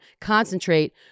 concentrate